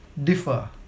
differ